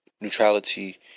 neutrality